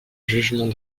jugement